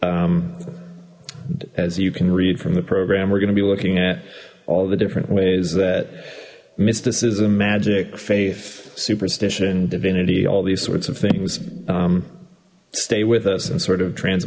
h as you can read from the program we're going to be looking at all the different ways that mysticism magic faith superstition divinity all these sorts of things stay with us and sort of